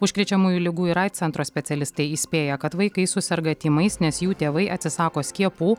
užkrečiamųjų ligų ir aids centro specialistai įspėja kad vaikai suserga tymais nes jų tėvai atsisako skiepų